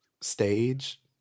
stage